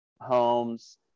homes